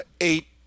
eight